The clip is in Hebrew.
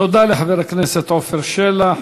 תודה לחבר הכנסת עפר שלח.